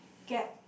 get